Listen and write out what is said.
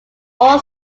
all